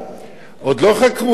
עוד לא חקרו אותו,